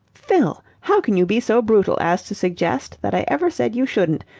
fill! how can you be so brutal as to suggest that i ever said you shouldn't?